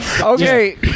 okay